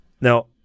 Now